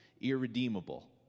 irredeemable